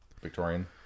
Victorian